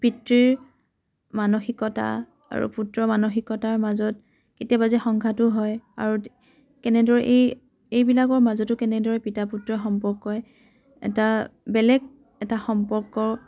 পিতৃৰ মানসিকতা আৰু পুত্ৰৰ মানসিকতাৰ মাজত কেতিয়াবা যে সংঘাতো হয় আৰু কেনেদৰে এই এইবিলাকৰ মাজতো কেনেদৰে পিতা পুত্ৰৰ সম্পৰ্কই এটা বেলেগ এটা সম্পৰ্ক